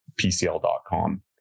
PCL.com